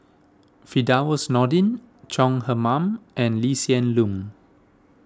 Firdaus Nordin Chong Heman and Lee Hsien Loong